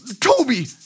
Toby